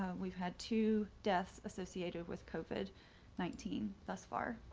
we've had two deaths associated with covid nineteen thus far.